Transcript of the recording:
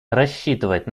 рассчитывать